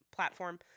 platform